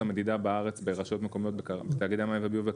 המדידה בארץ ברשויות מקומיות בתאגיד המים והביוב,